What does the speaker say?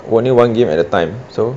only one game at a time so